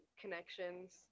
connections